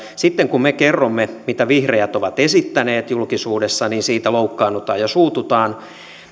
sitten kun me kerromme mitä vihreät ovat esittäneet julkisuudessa niin siitä loukkaannutaan ja suututaan